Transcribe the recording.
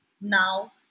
now